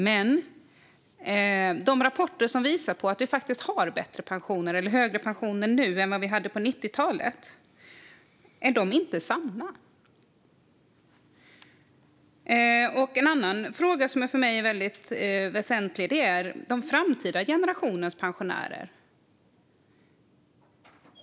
Men det finns rapporter som visar på att vi har högre pensioner nu än vad vi hade på 90-talet. Är de inte sanna? En annan fråga som är väldigt väsentlig för mig gäller de framtida generationernas pensionärer.